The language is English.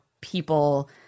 people